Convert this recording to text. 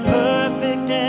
perfect